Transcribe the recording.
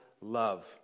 love